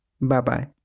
Bye-bye